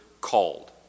called